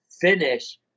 finish